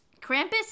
Krampus